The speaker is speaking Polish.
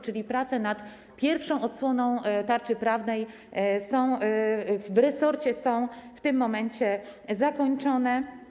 Czyli prace nad pierwszą odsłoną tarczy prawnej w resorcie są w tym momencie zakończone.